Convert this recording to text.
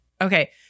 okay